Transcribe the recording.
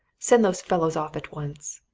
send those fellows off at once!